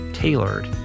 Tailored